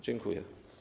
Dziękuję.